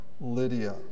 Lydia